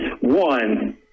One